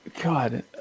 God